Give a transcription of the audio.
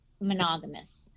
monogamous